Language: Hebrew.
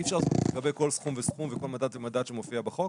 אי אפשר לגבי כל סכום וסכום וכל מדד ומדד שמופיע בחוק.